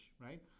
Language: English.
right